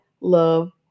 love